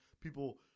People